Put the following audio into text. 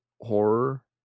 horror